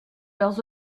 leurs